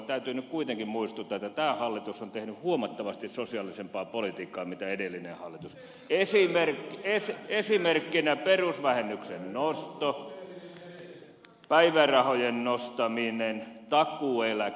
täytyy nyt kuitenkin muistuttaa että tämä hallitus on tehnyt huomattavasti sosiaalisempaa politiikkaa kuin edellinen hallitus esimerkkinä perusvähennyksen nosto päivärahojen nostaminen takuueläke